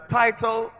title